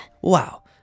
Wow